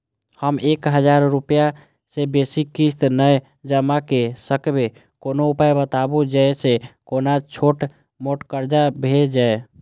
हम एक हजार रूपया से बेसी किस्त नय जमा के सकबे कोनो उपाय बताबु जै से कोनो छोट मोट कर्जा भे जै?